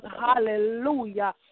hallelujah